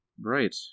right